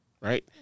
right